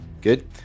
Good